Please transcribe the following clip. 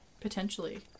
potentially